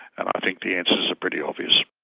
and i think the answers are pretty obvious.